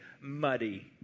muddy